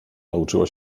nauczyła